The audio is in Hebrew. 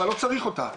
אבל לא צריך אותה.